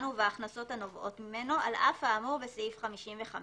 ובהכנסות הנובעות ממנו על אף האמור בסעיף 55,